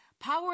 Power